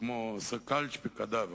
כמו "סקאלץ' פיקדברה".